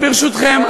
וברשותכם,